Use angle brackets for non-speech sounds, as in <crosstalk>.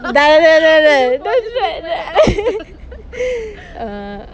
dah dah dah dah that's right <laughs> err